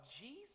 Jesus